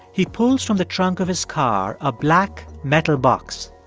he pulls from the trunk of his car a black metal box.